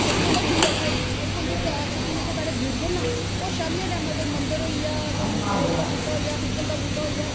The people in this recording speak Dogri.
इक जुआ खेलना इक होंदी ताश कि जेहके साढ़े बजुर्ग ना ओह् शामी दे टेमें उपर कोई मंदर होई गेआ कोई बौह्ड़ी दा बूहटा होई गेआ पिपल दा बूहटा होई गेआ